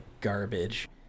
garbage